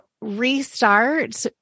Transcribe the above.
restart